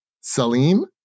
Salim